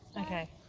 Okay